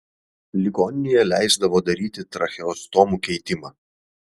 ligoninėje leisdavo daryti tracheostomų keitimą